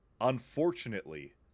unfortunately